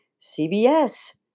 CBS